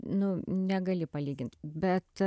nu negali palygint bet